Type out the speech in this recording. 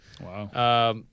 Wow